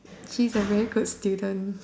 she's a very good student